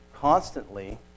constantly